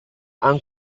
han